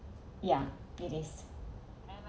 yeah it is